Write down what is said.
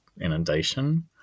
inundation